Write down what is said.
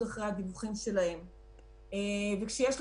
כולנו צריכים אותה,